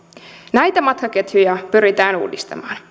näitä matkaketjuja pyritään uudistamaan